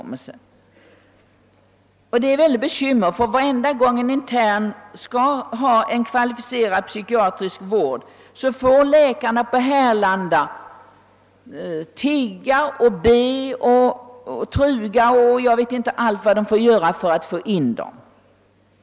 Detta har lett till stora bekymmer, ty varje gång en intern skall ha kvalificerad psykiatrisk vård måste läkarna på Härlanda tigga och be och truga och jag vet inte vad för att få in honom.